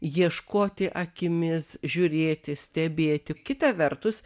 ieškoti akimis žiūrėti stebėti kita vertus